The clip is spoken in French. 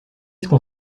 qu’on